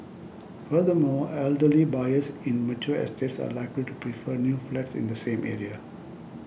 furthermore elderly buyers in mature estates are likely to prefer new flats in the same area